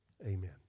Amen